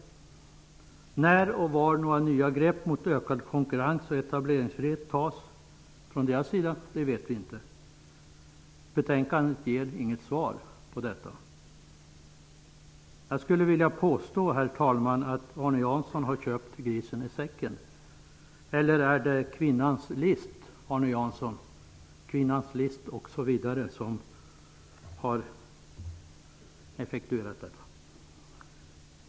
När och var några nya grepp mot ökad konkurrens och etableringsfrihet skall tas vet vi inte. Betänkandet ger inget svar på detta. Jag skulle vilja påstå, herr talman, att Arne Jansson har köpt grisen i säcken. Eller är det kvinnans list osv. som har effektuerat detta?